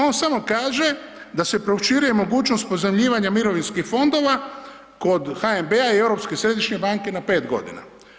On samo kaže da se proširuje mogućnost pozajmljivanja mirovinskih fondova kod HNB-a i Europske središnje banke na 5 godina.